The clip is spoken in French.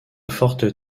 forte